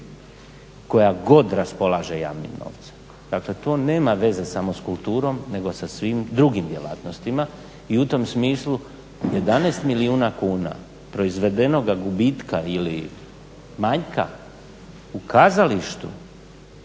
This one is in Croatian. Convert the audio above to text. koja god raspolaže javnom novce, znači to nema veze samo s kulturom nego sam svim drugim djelatnostima i u tom smislu, 11 milijuna kuna proizvedenoga gubitka ili manjka u kazalištu,